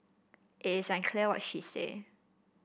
it is unclear what she said